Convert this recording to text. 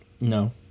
no